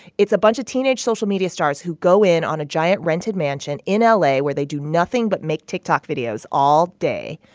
it's a bunch of teenage social media stars who go in on a giant, rented mansion in ah la, where they do nothing but make tiktok videos all day.